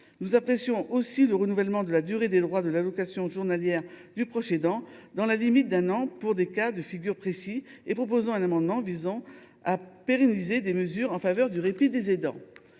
Nous apprécions aussi le renouvellement de la durée des droits à l’allocation journalière du proche aidant dans la limite d’un an pour des cas de figure précis, et nous proposons un amendement visant à pérenniser des mesures en faveur du répit des aidants.